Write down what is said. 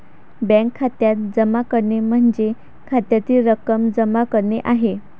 bank खात्यात जमा करणे म्हणजे खात्यातील रक्कम जमा करणे आहे